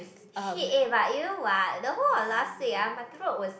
shit eh but you know what the whole of last week ah my throat was